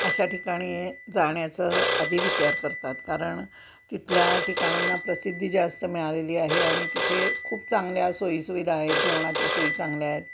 अशा ठिकाणी जाण्याचं आधी विचार करतात कारण तिथल्या ठिकाणांना प्रसिद्धी जास्त मिळालेली आहे आणि तिथे खूप चांगल्या सोयीसुविधा आहेत जेवणाच्या सोयी चांगल्या आहेत